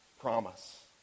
promise